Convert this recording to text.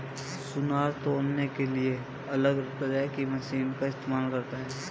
सुनार तौलने के लिए अलग तरह की मशीन का इस्तेमाल करता है